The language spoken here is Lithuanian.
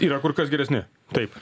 yra kur kas geresni taip